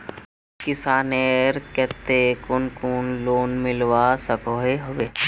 किसानेर केते कुन कुन लोन मिलवा सकोहो होबे?